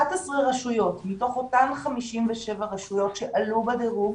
11 רשויות מתוך אותן 57 רשויות שעלו בדירוג